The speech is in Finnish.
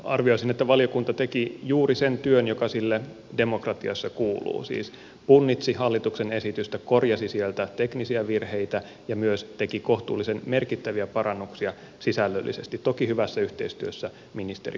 arvioisin että valiokunta teki juuri sen työn joka sille demokratiassa kuuluu siis punnitsi hallituksen esitystä korjasi sieltä teknisiä virheitä ja myös teki kohtuullisen merkittäviä parannuksia sisällöllisesti toki hyvässä yhteistyössä ministeriön kanssa